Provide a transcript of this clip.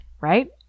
right